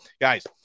guys